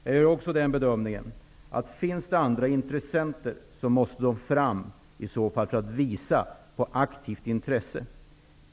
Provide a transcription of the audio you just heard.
Jag gör också bedömningen, att om det finns andra intressenter måste de i så fall aktivt visa ett intresse.